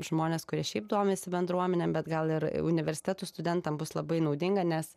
žmonės kurie šiaip domisi bendruomenėm bet gal ir universitetų studentam bus labai naudinga nes